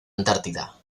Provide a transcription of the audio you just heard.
antártida